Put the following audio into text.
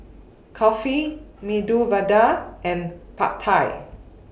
Kulfi Medu Vada and Pad Thai